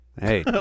Hey